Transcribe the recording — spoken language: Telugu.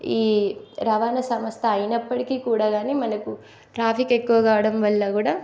ఈ రవాణా సంస్థ అయినప్పటికి కూడా కానీ మనకు ట్రాఫిక్ ఎక్కువగా కావడం వల్ల కూడా